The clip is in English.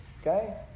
okay